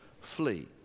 flee